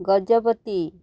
Gajapati